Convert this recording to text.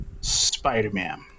Spider-Man